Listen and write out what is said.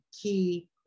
key